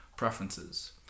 preferences